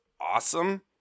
awesome